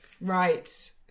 Right